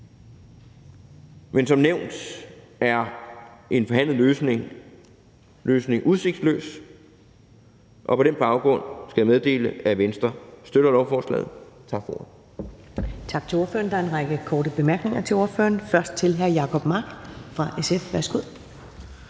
Men som nævnt er en forhandlet løsning udsigtsløs, og på den baggrund skal jeg meddele, at Venstre støtter lovforslaget. Tak for ordet.